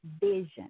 Vision